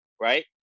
right